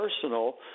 personal